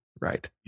Right